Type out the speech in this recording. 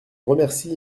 remercie